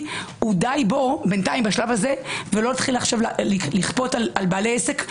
- די בו בשלב זה ולא להתחיל לכפות על בעלי עסק.